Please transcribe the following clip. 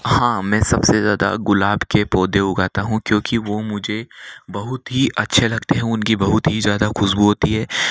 हाँ मैं सबसे ज़्यादा गुलाब के पौधे उगता हूँ क्योंकि वो मुझे बहुत ही अच्छे लगते हैं उनकी बहुत ही ज़्यादा खुशबू होती है